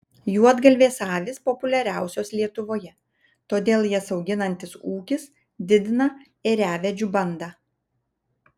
juodgalvės avys populiariausios lietuvoje todėl jas auginantis ūkis didina ėriavedžių bandą